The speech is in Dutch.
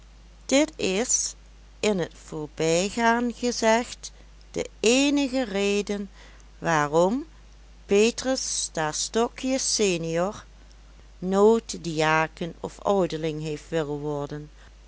dit is in t voorbijgaan gezegd de eenige reden waarom petrus stastokius sen nooit diaken of ouderling heeft willen worden